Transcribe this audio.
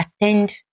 attend